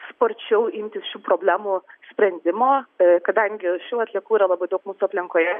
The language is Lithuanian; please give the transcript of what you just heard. sparčiau imtis šių problemų sprendimo kadangi šių atliekų yra labai daug mūsų aplinkoje